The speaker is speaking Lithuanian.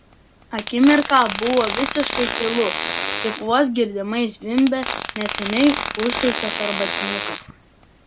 akimirką buvo visiškai tylu tik vos girdimai zvimbė neseniai užkaistas arbatinukas